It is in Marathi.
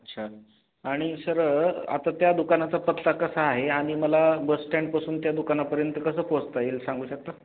अच्छा आणि सर आता त्या दुकानाचा पत्ता कसा आहे आणि मला बस स्टँडपासून त्या दुकानापर्यंत कसं पोहोचता येईल सांगू शकता